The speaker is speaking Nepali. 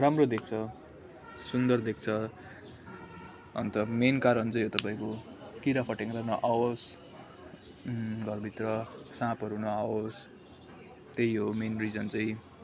राम्रो देख्छ सुन्दर देख्छ अन्त मेन कारण चाहिँ यो तपाईँको किराफटेङ्ग्रा नआओस् घरभित्र साँपहरू नआओस् त्यही हो मेन रिजन चाहिँ